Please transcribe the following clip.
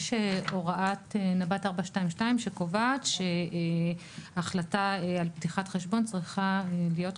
יש הוראת נב"ט 4.2.2 שקובעת שהחלטה על פתיחת חשבון צריכה להיות,